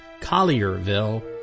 Collierville